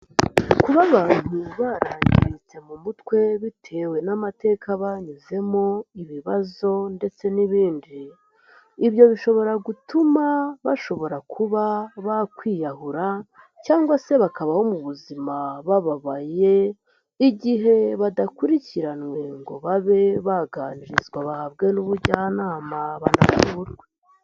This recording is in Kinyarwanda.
Kuba abantu barangiritse mu mutwe bitewe n'amateka banyuzemo, ibibazo ndetse n'ibindi, ibyo bishobora gutuma bashobora kuba bakwiyahura cyangwa se bakabaho mu buzima bababaye, igihe badakurikiranwe ngo babe baganirizwa bahabwe n'ubujyanama banavurwe.